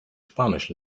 spanisch